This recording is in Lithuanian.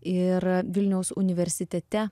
ir vilniaus universitete